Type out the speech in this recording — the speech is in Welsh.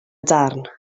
darn